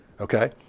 Okay